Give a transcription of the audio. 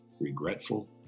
regretful